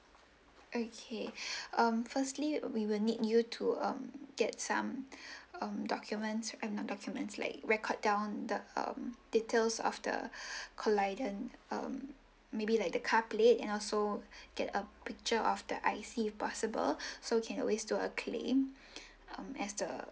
okay um firstly we will need you to um get some um documents um not documents like record down the um details after colliden um maybe like the car plate and also get a picture of the I_C if possible so we can always do a claim as the